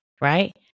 right